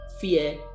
fear